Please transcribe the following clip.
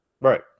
Right